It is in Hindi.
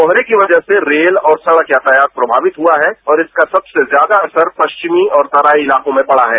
कोहरे की वजह से रेल और सड़क यातायात प्रभावित हुआ है और इसका सबसे ज्यादा असर पश्चिमी और तराई इलाकों में पड़ा है